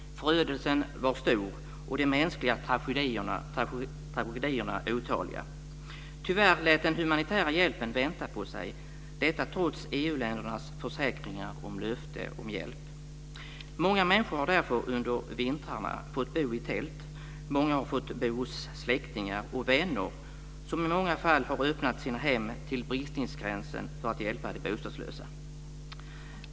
Förödelsen var stor och de mänskliga tragedierna otaliga. Tyvärr lät den humanitära hjälpen vänta på sig, detta trots EU-ländernas försäkringar och löften om hjälp. Många människor har därför under vintrarna fått bo i tält, och många har fått bo hos släktingar och vänner som i många fall öppnat sina hem till bristningsgränsen för att hjälpa de bostadslösa.